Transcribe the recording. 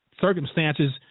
circumstances